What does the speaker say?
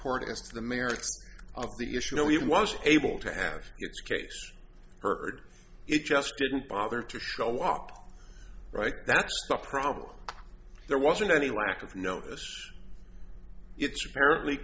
to the merits of the issue he was able to have its case heard it just didn't bother to show up right that's the problem there wasn't any lack of notice it's apparently